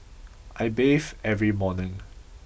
I bathe every morning